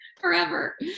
Forever